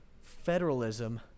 federalism